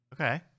okay